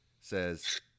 says